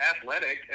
athletic